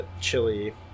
chili